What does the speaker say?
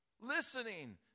Listening